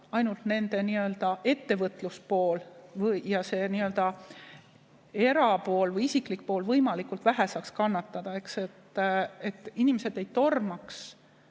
ainult nende ettevõtluspool ja see erapool ehk isiklik pool saaks võimalikult vähe kannatada. Et inimesed ei tormaks